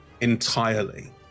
entirely